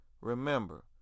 remember